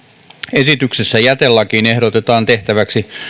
esityksessä jätelakiin ehdotetaan tehtäväksi